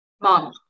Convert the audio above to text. mom